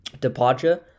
departure